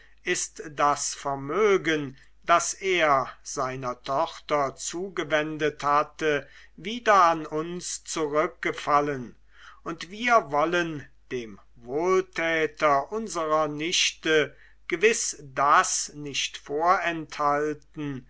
ist das vermögen das er seiner tochter zugewendet hatte wieder an uns zurückgefallen und wir wollen dem wohltäter unserer nichte gewiß das nicht vorenthalten